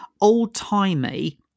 old-timey